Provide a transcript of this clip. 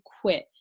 quit